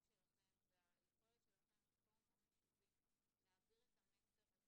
שלכם והיכולת שלכם כפורום הורים יישובי להעביר את המסר הזה